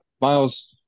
Miles